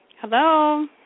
Hello